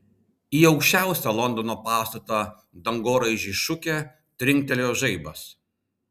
į aukščiausią londono pastatą dangoraižį šukė trinktelėjo žaibas